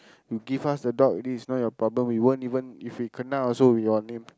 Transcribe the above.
you give us the dog already it's not your problem we won't even if we kena also we your name